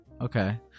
Okay